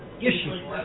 issue